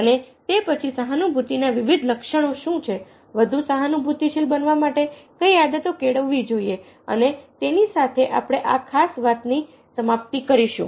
અને તે પછી સહાનુભૂતિના વિવિધ લક્ષણો શું છે વધુ સહાનુભૂતિ શીલ બનવા માટે કઈ આદતો કેળવવી જોઇએ અને તેની સાથે આપણે આ ખાસ વાત ની સમાપ્તિ કરીશું